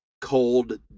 cold